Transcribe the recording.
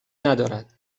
ندارد